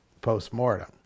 post-mortem